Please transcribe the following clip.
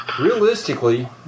Realistically